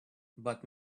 but